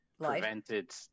prevented